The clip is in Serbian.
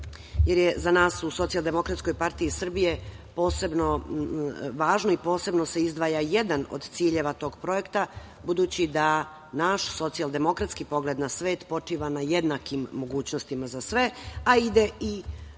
jer je za nas u Socijaldemokratskoj partiji Srbije posebno važno i posebno se izdvaja jedan od ciljeva tog projekta, budući da naš socijaldemokratski pogled na svet počiva na jednakim mogućnostima za sve, a ide i ruku